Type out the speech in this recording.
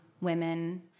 women